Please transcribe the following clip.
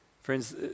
Friends